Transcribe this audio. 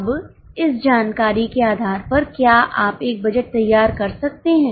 अब इस जानकारी के आधार पर क्या आप एक बजट तैयार कर सकते हैं